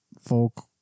folk